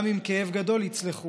גם עם כאב גדול, יצלחו.